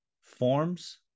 Forms